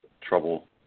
trouble